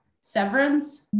severance